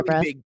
big